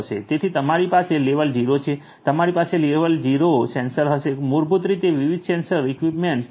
તેથી તમારી પાસે લેવલ 0 છે તમારી પાસે લેવલ 0 સેન્સર હશે મૂળભૂત રીતે વિવિધ સેન્સર ઇક્વિપમેન્ટ્સ લેવલ 0 હોય છે